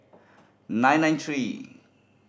nine nine three